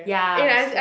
ya it's like